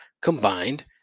combined